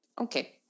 okay